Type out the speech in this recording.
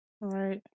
Right